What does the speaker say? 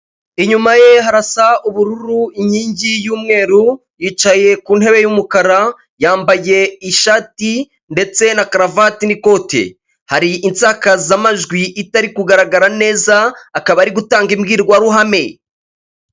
Inyuma ye harasa ubururu inkingi y'umweru yicaye ku ntebe y'umukara, yambaye ishati ndetse na kararuvati n'ikoti, hari insakazamajwi itari kugaragara neza akaba ari gutanga imbwirwaruhame.